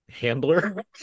handler